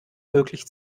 möglich